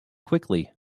quickly